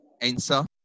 answer